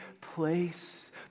place